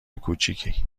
کوچیکی